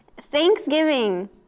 Thanksgiving